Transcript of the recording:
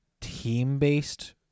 team-based